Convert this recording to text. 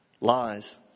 Lies